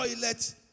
toilet